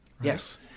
Yes